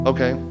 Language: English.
Okay